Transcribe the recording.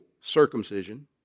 circumcision